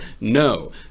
No